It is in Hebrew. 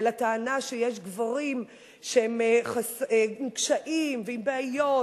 ולטענה שיש גברים עם קשיים ועם בעיות,